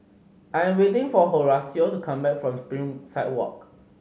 I'm waiting for Horacio to come back from Springside Walk